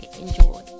enjoy